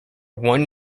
one